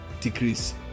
decrease